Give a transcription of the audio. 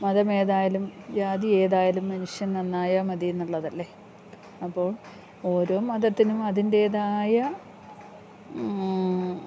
മതമേതായാലും ജാതി ഏതായാലും മനുഷ്യൻ നന്നായാൽ മതി എന്നുള്ളതല്ലേ അപ്പോൾ ഓരോ മതത്തിനും അതിൻ്റെതായ